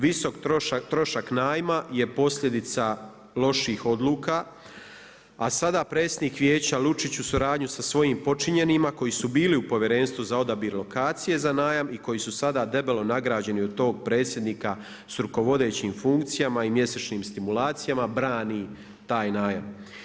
Visok trošak najma je posljedica loših odluka, a sada predsjednik vijeća Lučić u suradnji sa svojim podčinjenima koji su bili u povjerenstvu za odabir lokacije za najam i koji su sada debelo nagrađeni od tog predsjednika s rukovodećim funkcijama i mjesečnim stimulacija brani taj najam.